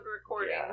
recording